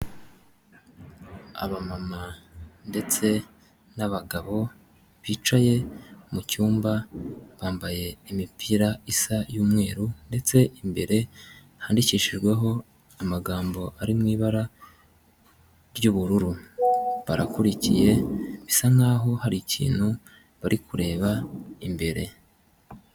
Aba mama ndetse n'abagabo bicaye mu cyumba bambaye imipira isa y'umweru ndetse imbere handikishijweho amagambo ari mu ibara ry'ubururu, barakurikiye bisa nkaho hari ikintu bari kureba imbere.